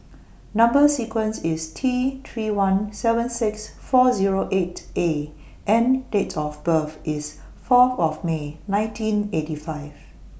Number sequence IS T three one seven six four Zero eight A and Date of birth IS Fourth of May nineteen eighty five